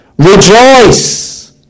Rejoice